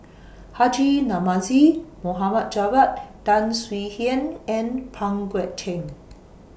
Haji Namazie Muhammad Javad Tan Swie Hian and Pang Guek Cheng